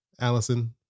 Allison